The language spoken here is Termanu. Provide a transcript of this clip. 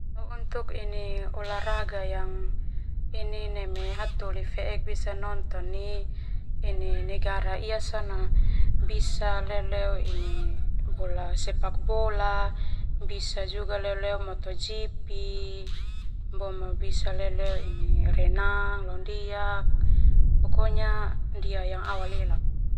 Untuk ini olahraga yang ini neme hataholi fe'ek bisa nonton nai negara ia sona bisa leo ini bola sepak bola bisa juga leleo MotoGP, boma bisa leleo ini renang.